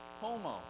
homo